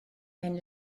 mynd